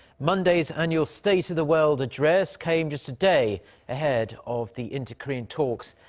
monday's annual state of the world address came just a day ahead of the inter-korean talks.